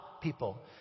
people